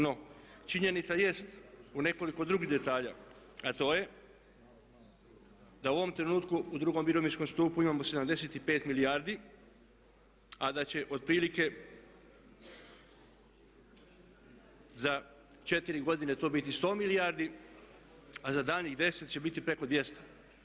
No, činjenica jest u nekoliko drugih detalja a to je da u ovom trenutku u drugom mirovinskom stupu imamo 75 milijardi, a da će otprilike za 4 godine to biti 100 milijardi, a za daljnjih 10 će biti preko 200.